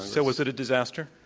so was it a disaster?